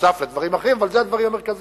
נוסף על דברים אחרים, אבל אלה הדברים המרכזיים.